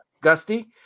Gusty